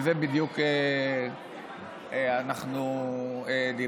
על זה בדיוק אנחנו דיברנו.